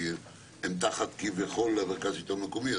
כי הם תחת כביכול המרכז לשלטון מקומי,